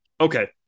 okay